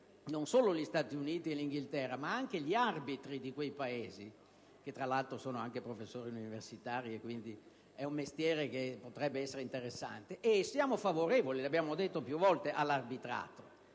lungo gli Stati Uniti e l'Inghilterra ed anche gli arbitri di quei Paesi (che, tra l'altro, sono anche professori universitari, quindi è un mestiere che potrebbe essere interessante) e siamo favorevoli all'arbitrato, lo abbiamo detto più volte, ed anche a